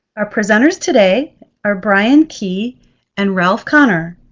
our presenters today are brian key and ralph connor.